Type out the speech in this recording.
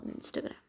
Instagram